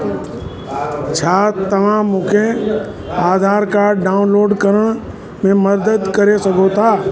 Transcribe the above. छा तव्हां मूंखे आधार कार्ड डाउनलोड करण में मदद करे सघो था